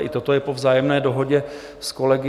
I toto je po vzájemné dohodě s kolegy.